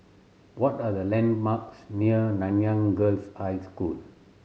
what are the landmarks near Nanyang Girls' High School